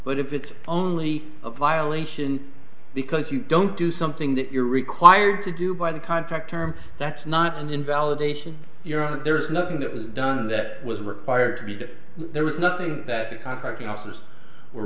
but if it only of violation because you don't do something that you're required to do by the contract term that's not an invalidation you're on it there is nothing that was done that was required to be that there was nothing that the contracting officers were